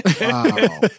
Wow